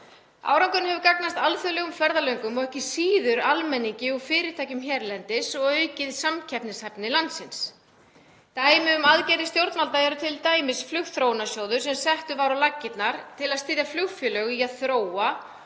Árangurinn hefur gagnast alþjóðlegum ferðalöngum og ekki síður almenningi og fyrirtækjum hérlendis og aukið samkeppnishæfni landsins. Dæmi um aðgerðir stjórnvalda eru t.d. flugþróunarsjóður, sem settur var á laggirnar til að styðja flugfélög í að þróa